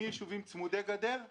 מיישובים צמודי גדר ודרומה.